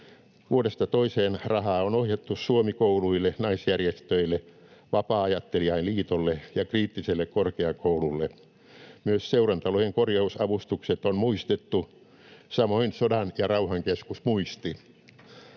Vuodesta toiseen rahaa on ohjattu Suomi-kouluille, naisjärjestöille, Vapaa-ajattelijain Liitolle ja Kriittiselle korkeakoululle. Myös seurantalojen korjausavustukset on muistettu, samoin Sodan ja rauhan keskus Muisti.